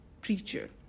preacher